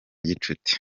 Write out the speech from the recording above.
gicuti